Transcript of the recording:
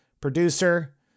producer